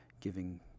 giving